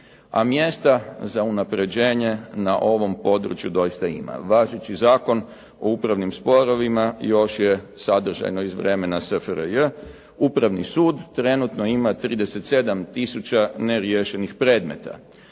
A mjesta za unapređenje na ovom području doista ima. Važeći Zakon o upravnim sporovima još je sadržajno iz vremena SFRJ, upravni sud trenutno ima 37 tisuća neriješenih predmeta.